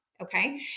Okay